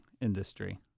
industry